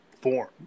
form